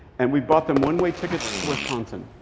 and we bought them one-way tickets to wisconsin.